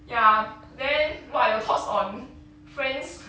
ya then what are your thoughts on friends